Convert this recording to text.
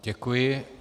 Děkuji.